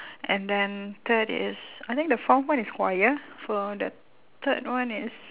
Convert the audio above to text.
and then third is I think the fourth one is choir for the third one is